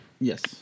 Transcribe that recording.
Yes